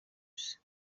isi